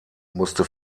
musste